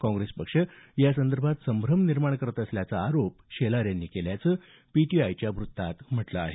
काँग्रेस पक्ष यासंदर्भात संभ्रम निर्माण करत असल्याचा आरोप शेलार यांनी केल्याचं पीटीआयच्या वृत्तात म्हटलं आहे